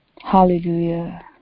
Hallelujah